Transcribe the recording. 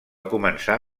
començar